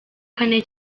kane